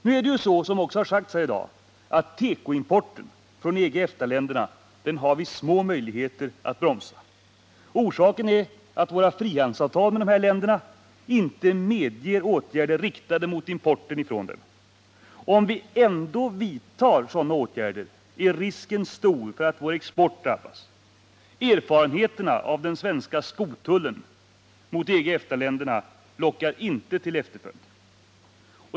Nu är det så, vilket också sagts här i dag, att vi har små möjligheter att bromsa tekoimporten från EG EFTA-länderna lockar inte till efterföljd.